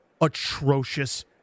atrocious